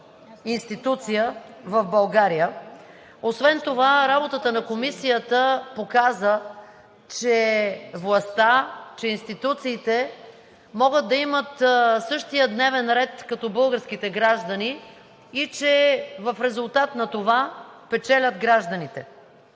институция в България. Освен това работата на Комисията показа, че властта, че институциите могат да имат същия дневен ред като българските граждани и че в резултат на това печелят гражданите.